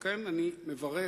על כן, אני מברך